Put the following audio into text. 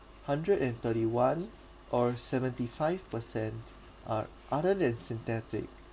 hundred and thirty one or seventy five percent are other than synthetic